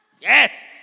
Yes